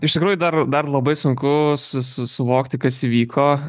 iš tikrųjų dar dar labai sunku su su suvokti kas įvyko